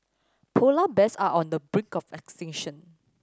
polar bears are on the brink of extinction